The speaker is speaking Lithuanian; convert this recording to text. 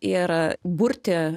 ir burti